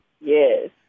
yes